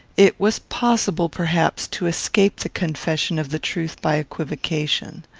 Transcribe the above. it was possible, perhaps, to escape the confession of the truth by equivocation.